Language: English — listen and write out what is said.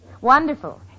Wonderful